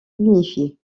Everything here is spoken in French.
unifiée